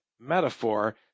metaphor